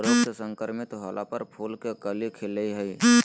रोग से संक्रमित होला पर फूल के कली खिलई हई